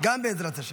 גם בעזרת השם.